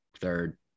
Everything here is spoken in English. third